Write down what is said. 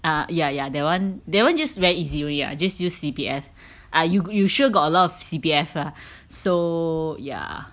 err yeah yeah that one that one just very easily I just use C_P_F err you you sure got a lot of C_P_F lah so ya